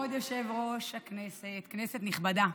כבוד יושב-ראש הישיבה, כנסת נכבדה,